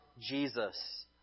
Jesus